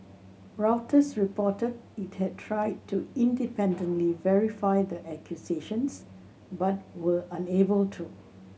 Reuters reported it had tried to independently verify the accusations but were unable to